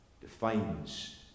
defines